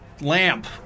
lamp